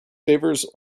favours